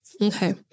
Okay